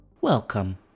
Welcome